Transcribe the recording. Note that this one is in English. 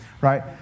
right